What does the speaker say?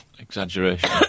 Exaggeration